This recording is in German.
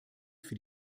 für